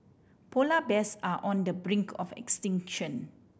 polar bears are on the brink of extinction